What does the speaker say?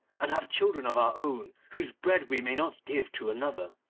and have children of our own whose bread we may not give to another